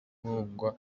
nkongwa